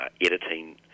editing